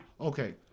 Okay